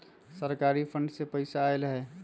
सरकारी फंड से पईसा आयल ह?